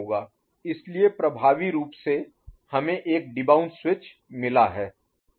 इसलिए प्रभावी रूप से हमें एक डिबाउंस स्विच मिला है